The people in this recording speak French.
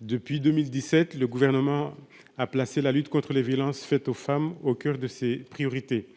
depuis 2017, le gouvernement a placé la lutte contre les violences faites aux femmes au coeur de ses priorités